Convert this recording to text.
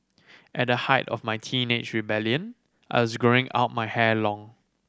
at the height of my teenage rebellion I was growing out my hair long